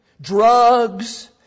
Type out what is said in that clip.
drugs